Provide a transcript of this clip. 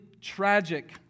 tragic